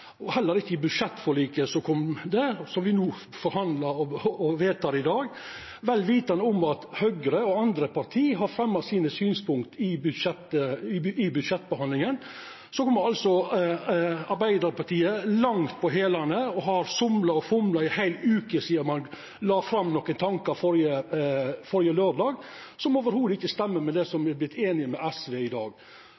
Heller ikkje i budsjettforliket kom det som me no forhandlar om og vedtek i dag. Vel vitande om at Høgre og andre parti har fremja synspunkta sine i budsjettbehandlinga, kom Arbeidarpartiet veldig på hælane og har somla og fomla ei heil veke sidan ein førre laurdag la fram nokre tankar som ikkje i det heile stemmer med det som ein har vorte einig med SV om i dag. Den retorikken som